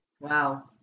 Wow